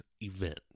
event